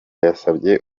yasabye